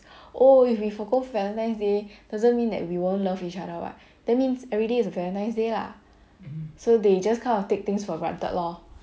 oh if we forgo valentine's day doesn't mean that we won't love each other what that means everyday is a valentine's day lah so they just kind of take things for granted lor